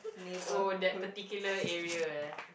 oh that particular area eh